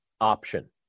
option